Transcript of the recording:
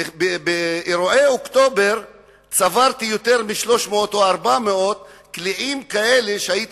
באירועי אוקטובר צברתי יותר מ-300 או 400 קליעים כאלה שהייתי